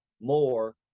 more